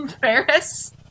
Ferris